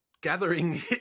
gathering